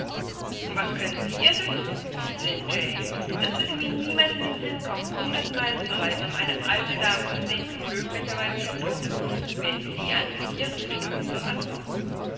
was können sie ihr nützen unsinn jane es würde wir niemals in den sinn kommen hundert meilen zu reisen um eine alte dame zu sehen die möglicherweise schon tot ist wenn sie an ihrem bestimmungsort ankommen